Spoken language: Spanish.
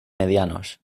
medianos